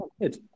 Good